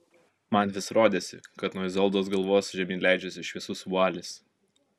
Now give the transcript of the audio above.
man vis rodėsi kad nuo izoldos galvos žemyn leidžiasi šviesus vualis